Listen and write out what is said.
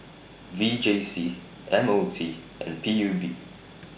V J C M O T and P U B